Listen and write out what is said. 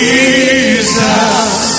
Jesus